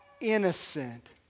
innocent